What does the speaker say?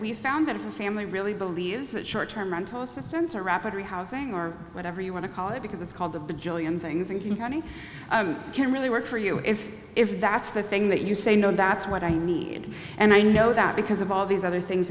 we've found that if a family really believes that short term rental assistance or rapid rehousing or whatever you want to call it because it's called the julian things in confronting can really work for you if if that's the thing that you say no that's what i need and i know that because of all these other things